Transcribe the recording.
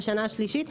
בשנה השלישית.